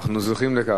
אנחנו זוכים לכך.